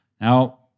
Now